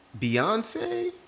Beyonce